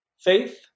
faith